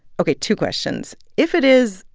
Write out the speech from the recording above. ok, two questions. if it is,